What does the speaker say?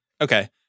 Okay